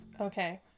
Okay